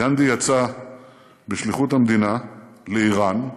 גנדי יצא בשליחות המדינה לאיראן,